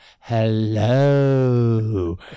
hello